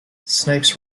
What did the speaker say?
snipes